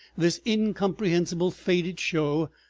this incomprehensible faded show,